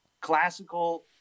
classical